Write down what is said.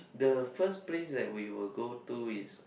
the first place that we will go to is